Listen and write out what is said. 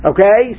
Okay